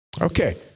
okay